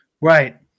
Right